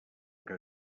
que